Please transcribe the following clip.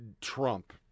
Trump